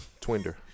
Twinder